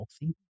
healthy